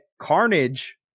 Carnage